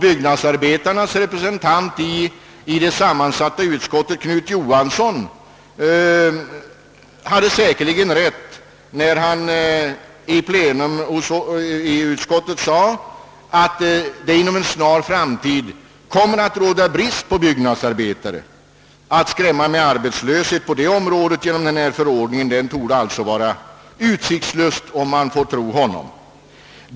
Byggnadsarbe tarnas representant i det sammansatta utskottet, Knut Johansson, hade säkerligen rätt när han i utskottet sade att det inom en snar framtid kommer att råda brist på byggnadsarbetare. Att skrämma med arbetslöshet på det området torde alltså vara utsiktslöst, om man får tro honom.